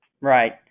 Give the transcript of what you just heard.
Right